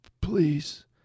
Please